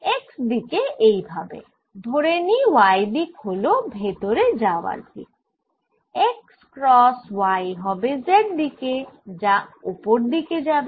x দিকে এই ভাবে ধরে নিই y দিক হল ভেতরে যাওয়ার দিক x ক্রস y হবে z দিকে যা ওপর দিকে যাবে